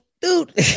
dude